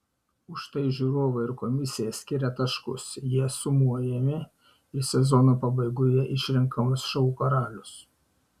už tai žiūrovai ir komisija skiria taškus jie sumojami ir sezono pabaigoje išrenkamas šou karalius